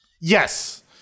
Yes